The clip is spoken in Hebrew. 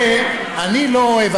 ואני לא רואה,